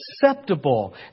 acceptable